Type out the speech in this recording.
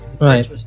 Right